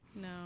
No